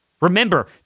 Remember